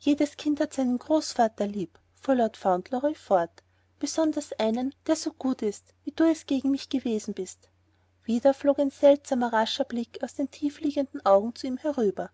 jedes kind hat seinen großvater lieb fuhr lord fauntleroy fort besonders einen der so gut ist wie du es gegen mich gewesen bist wieder flog ein seltsamer rascher blick aus den tiefliegenden augen zu ihm hinüber